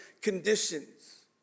conditions